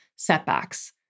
setbacks